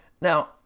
Now